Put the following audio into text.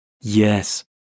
Yes